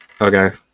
Okay